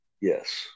Yes